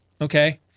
Okay